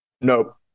nope